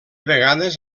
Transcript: vegades